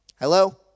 hello